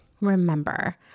remember